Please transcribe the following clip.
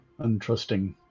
Untrusting